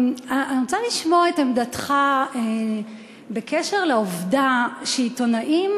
אני רוצה לשמוע את עמדתך בקשר לעובדה שעיתונאים